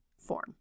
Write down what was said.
form